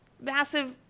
massive